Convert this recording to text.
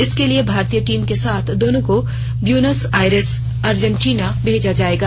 इसके लिये भारतीय टीम के साथ दोनों को ब्यूनस आयर्स अर्जेंटीना भेजा जायेगा